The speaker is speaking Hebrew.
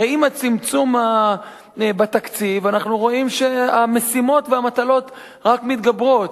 הרי עם הצמצום בתקציב אנחנו רואים שהמשימות והמטלות רק מתגברות,